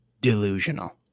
delusional